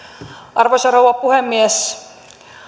arvoisa rouva puhemies